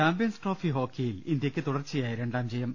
champions trophy ഹോക്കിയിൽ ഇന്ത്യക്ക് തുടർച്ചയായ രണ്ടാം ജയം